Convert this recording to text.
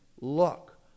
Look